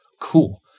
Cool